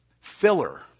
filler